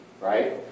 right